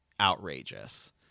outrageous